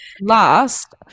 last